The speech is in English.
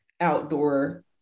outdoor